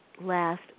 last